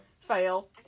Fail